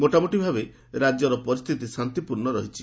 ମୋଟାମୋଟି ଭାବେ ରାଜ୍ୟର ପରିସ୍ଥିତି ଶାନ୍ତିପୂର୍ଣ୍ଣ ରହିଛି